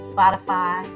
Spotify